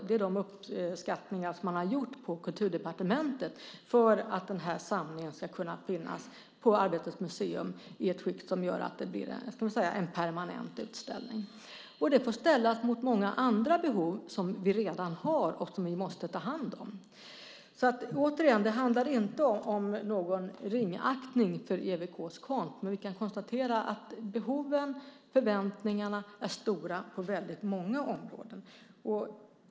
Det är de uppskattningar som gjorts på Kulturdepartementet för att samlingen ska kunna finnas på Arbetets museum i ett skick som gör att det blir en permanent utställning. Det får då ställas mot många andra behov som vi redan har och som vi måste ta hand om. Återigen: Det handlar inte om någon ringaktning av EWK:s konst, men vi kan konstatera att behoven och förväntningarna är stora på väldigt många områden.